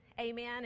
Amen